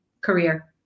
career